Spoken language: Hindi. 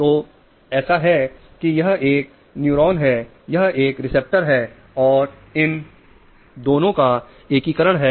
तो ऐसा है कि यह एक न्यूरॉन है यह एक रिसेप्टर है और इन दोनों का एकीकरण है